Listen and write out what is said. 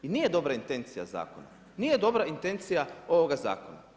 I nije dobra intencija zakona, nije dobra intencija ovoga zakona.